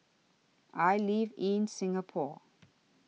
I live in Singapore